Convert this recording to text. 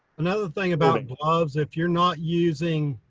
another thing about gloves. if you're not using,